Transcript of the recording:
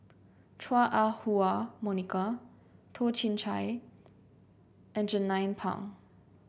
Chua Ah Huwa Monica Toh Chin Chye and Jernnine Pang